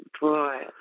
Boy